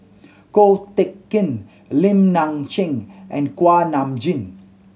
Ko Teck Kin Lim Nang Seng and Kuak Nam Jin